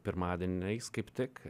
pirmadieniais kaip tik